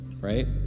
right